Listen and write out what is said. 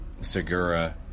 Segura –